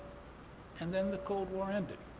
and then the cold war ended.